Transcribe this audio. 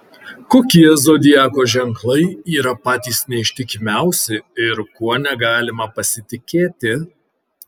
kokie zodiako ženklai yra patys neištikimiausi ir kuo negalima pasitikėti